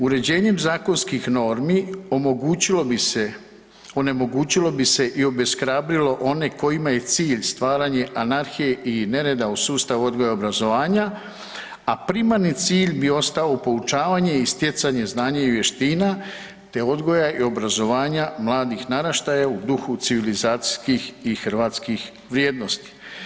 Uređenjem zakonskih normi omogućilo bi se i obeshrabrilo one kojima je cilj stvaranje anarhije i nereda u sustav odgoja i obrazovanja, a primarni cilj bi ostao u poučavanje i stjecanje znanja i vještina, te odgoja i obrazovanja mladih naraštaja u duhu civilizacijskih i hrvatskih vrijednosti.